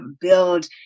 build